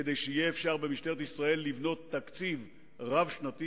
כדי שבמשטרת ישראל יהיה אפשר לבנות תקציב רב-שנתי,